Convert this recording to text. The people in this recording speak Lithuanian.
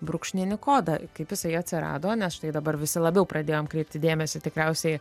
brūkšninį kodą kaip jisai atsirado nes štai dabar visi labiau pradėjom kreipti dėmesį tikriausiai